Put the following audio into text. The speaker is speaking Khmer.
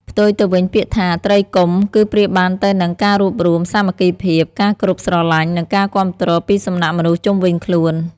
ផ្ទុយទៅវិញពាក្យថា ត្រីកុំ គឺប្រៀបបានទៅនឹង ការរួបរួម សាមគ្គីភាព ការគោរពស្រឡាញ់ និងការគាំទ្រពីសំណាក់មនុស្សជុំវិញខ្លួន។